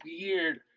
weird